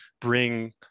bring